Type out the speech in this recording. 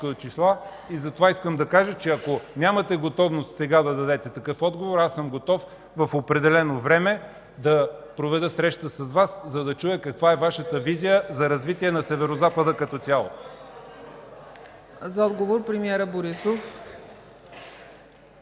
затова искам да кажа, че ако нямате готовност сега да дадете такъв отговор, съм готов в определено време да проведа среща с Вас, за да чуя каква е Вашата визия за развитие на Северозапада като цяло. ПРЕДСЕДАТЕЛ ЦЕЦКА ЦАЧЕВА: